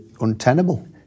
untenable